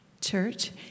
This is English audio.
Church